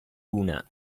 una